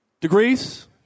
degrees